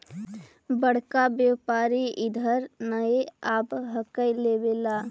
बड़का व्यापारि इधर नय आब हको लेबे ला?